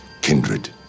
kindred